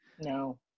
No